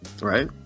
Right